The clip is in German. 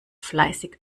fleißig